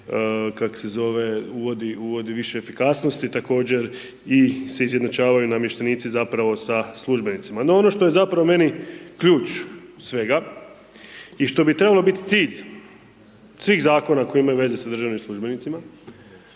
kak se zove uvodi više efikasnosti. Također i se izjednačavaju namještenici zapravo sa službenicima. No ono što je zapravo meni ključ svega i što bi trebao biti cilj svih zakona koji imaju veze sa državnim službenicima